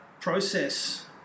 process